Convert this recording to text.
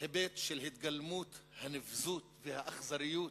היבט של התגלמות הנבזות והאכזריות